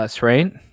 right